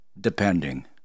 Depending